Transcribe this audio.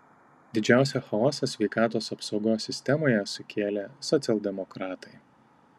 didžiausią chaosą sveikatos apsaugos sistemoje sukėlė socialdemokratai